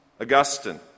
Augustine